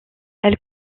elle